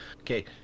Okay